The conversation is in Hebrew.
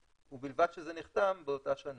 ובלבד שזה נחתם באותה שנה.